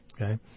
okay